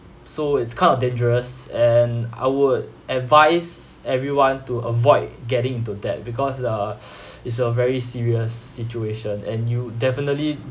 so it's kind of dangerous and I would advise everyone to avoid getting into debt because uh it's a very serious situation and you definitely